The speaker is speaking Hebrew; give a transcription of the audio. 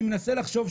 אני מנסה לחשוב,